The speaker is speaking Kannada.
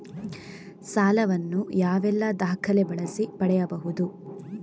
ಸಾಲ ವನ್ನು ಯಾವೆಲ್ಲ ದಾಖಲೆ ಬಳಸಿ ಪಡೆಯಬಹುದು?